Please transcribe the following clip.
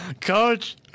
coach